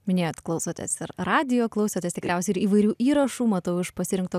minėjot klausotės ir radijo klausotės tikriausiai ir įvairių įrašų matau iš pasirinkto